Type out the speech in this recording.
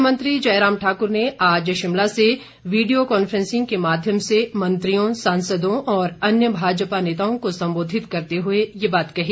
मुख्यमंत्री जयराम ठाक्र ने आज शिमला से वीडियो कांफ्रेंसिंग के माध्यम से मंत्रियों सांसदों और अन्य भाजपा नेताओं को संबोधित करते हुए ये बात कही